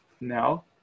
now